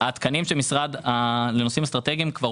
התקנים של המשרד לנושאים אסטרטגיים כבר